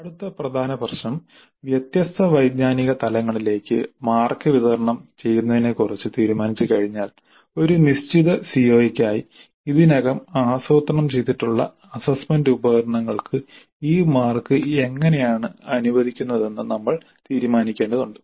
അടുത്ത പ്രധാന പ്രശ്നം വ്യത്യസ്ത വൈജ്ഞാനിക തലങ്ങളിലേക്ക് മാർക്ക് വിതരണം ചെയ്യുന്നതിനെക്കുറിച്ച് തീരുമാനിച്ചുകഴിഞ്ഞാൽ ഒരു നിശ്ചിത CO യ്ക്കായി ഇതിനകം ആസൂത്രണം ചെയ്തിട്ടുള്ള അസ്സസ്സ്മെന്റ് ഉപകരണങ്ങൾക്ക് ഈ മാർക്ക് എങ്ങനെയാണ് അനുവദിക്കുന്നതെന്ന് നമ്മൾ തീരുമാനിക്കേണ്ടതുണ്ട്